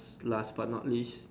last but not least